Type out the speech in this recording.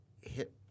hit